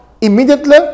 immediately